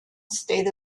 state